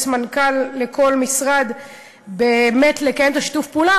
מנכ"ל לכל משרד לקיים באמת את שיתוף הפעולה,